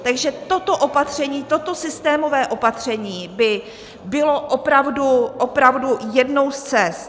Takže toto opatření, toto systémové opatření, by bylo opravdu, opravdu jednou z cest.